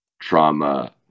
trauma